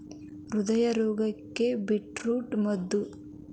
ಹೃದಯದ ರೋಗಕ್ಕ ಬೇಟ್ರೂಟ ಮದ್ದ